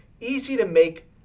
easy-to-make